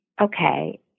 okay